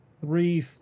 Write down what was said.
three